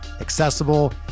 accessible